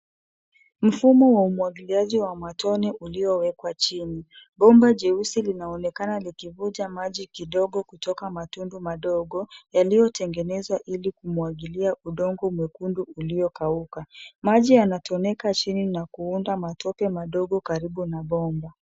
Mfumo wa umwagiliaji wa matone uliowekwa chini. Bomba jeusi linaonekana likivuja maji kidogo kutoka matundu madogo, yaliyotengenezwa ili kumwagilia udongo mwekundu, uliokauka. Maji yanatoneka chini na kuunda matope madogo karibu na bomba.